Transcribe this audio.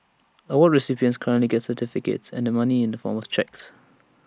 award recipients currently get certificates and the money in the form of cheques